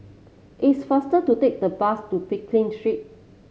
it's faster to take the bus to Pekin Street